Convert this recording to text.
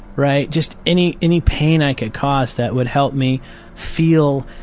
right? just any any pain i could cause that would help me feel,